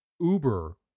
uber